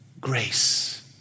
grace